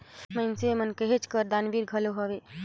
मइनसे मन कहेच कर दानबीर घलो हवें